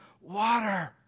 water